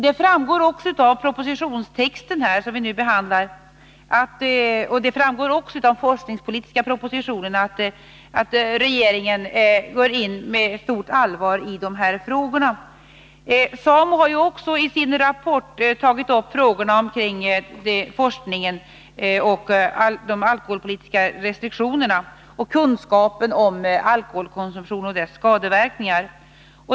Det framgår också av den proposition som nu behandlas och av forskningspolitiska propositionen att regeringen med stort allvar går in i de här frågorna. SAMO har också i sin rapport tagit upp frågan om forskningen kring de alkoholpolitiska restriktionerna och kunskapen om alkoholkonsumtionen och dess skadeverkningar.